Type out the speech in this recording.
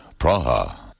Praha